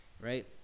right